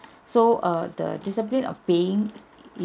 so err the discipline of paying